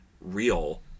real